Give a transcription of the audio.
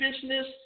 business